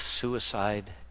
suicide